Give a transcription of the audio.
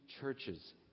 churches